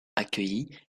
accueillie